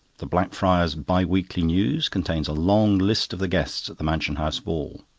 the blackfriars bi-weekly news contains a long list of the guests at the mansion house ball.